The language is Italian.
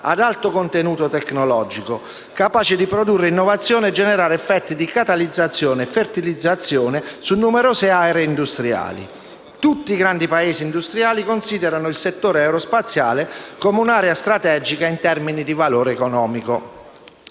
ad alto contenuto tecnologico, capace di produrre innovazione e generare effetti di catalizzazione e fertilizzazione su numerose aree industriali. Tutti i grandi Paesi industriali considerano il settore aerospaziale come un'area strategica in termini di valore economico.